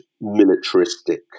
militaristic